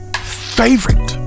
favorite